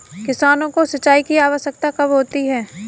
किसानों को सिंचाई की आवश्यकता कब होती है?